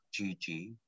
GG